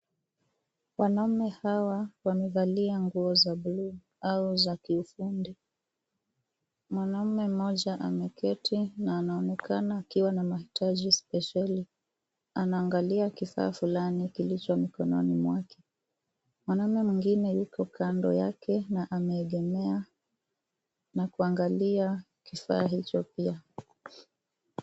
Wanaume hawa wamevalia nguo za buluu au za kiufundi. Mwanaume mmoja ameketi na anaonekana akiwa na mahitaji spesheli. Anaangalia kifaa fulani kilicho mkononi mwake. Mwanaume mwingie yuko kando yake na ameegemea na kuangalia kifaa hicho pia.